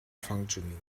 functioning